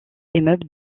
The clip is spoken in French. immeubles